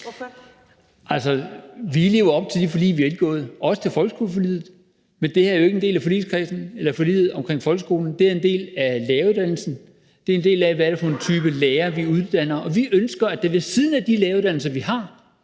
Altså, vi lever op til de forlig, vi har indgået, også til folkeskoleforliget, men det her er jo ikke en del af forliget omkring folkeskolen. Det er en del af læreruddannelsen; det handler om, hvad det er for en type lærer, vi uddanner. Vi ønsker, at der ved siden af de læreruddannelser, vi har,